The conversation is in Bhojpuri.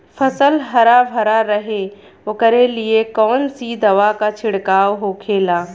फसल हरा भरा रहे वोकरे लिए कौन सी दवा का छिड़काव होखेला?